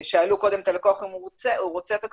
שאלו קודם את הלקוח אם הוא רוצה את הכרטיס,